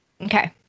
Okay